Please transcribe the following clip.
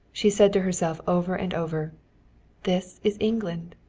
she said to herself over and over this is england.